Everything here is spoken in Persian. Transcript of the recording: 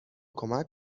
کمک